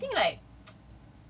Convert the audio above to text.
mm but I think like